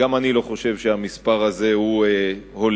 גם אני לא חושב שהמספר הזה הוא הולם,